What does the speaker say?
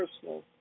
personal